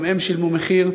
גם הם שילמו מחיר,